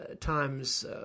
times